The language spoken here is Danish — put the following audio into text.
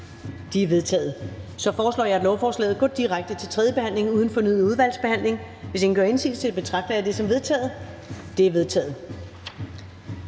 De er vedtaget. Jeg foreslår, at lovforslaget går direkte til tredje behandling uden fornyet udvalgsbehandling. Og hvis ingen gør indsigelse, betragter jeg det som vedtaget. Det er vedtaget.